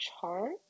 chart